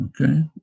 okay